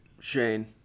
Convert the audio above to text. Shane